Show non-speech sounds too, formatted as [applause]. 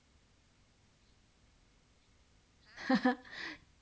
[laughs]